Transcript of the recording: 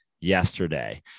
yesterday